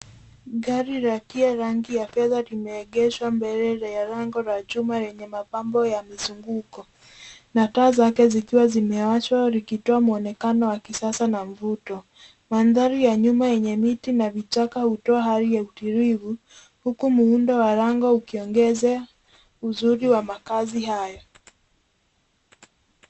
Gari la pia rangi ya fedha limeegeshwa mbele la lango la chuma lenye mapambo ya mizunguko na taa zake zikiwa zimewashwa likitoa mwonekano wa kisasa na mvuto. Mandhari ya nyuma yenye miti na vichaka hutoa hali ya utulivu huku muundo wa lango ukiongezea uzuri wa makazi hayo.